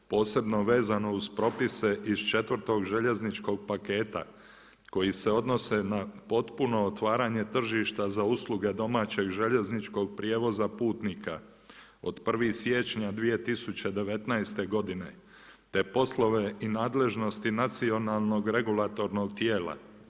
Posebno vezano uz propise iz 4. željezničkog paketa koji se odnose na potpuno otvaranje tržišta za usluge domaćeg željezničkog prijevoza putnika od 1. siječnja 2019. godine te poslove i nadležnosti nacionalnog regulatornog tijela.